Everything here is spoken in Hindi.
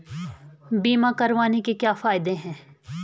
बीमा करवाने के क्या फायदे हैं?